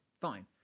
fine